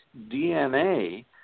DNA